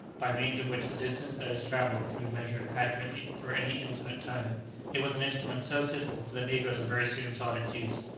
by means of which the distance that is travelled can be measured accurately for any definite time it was an instrument so simple that the negroes were very soon taught its use.